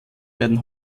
werden